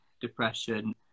depression